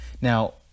Now